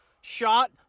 shot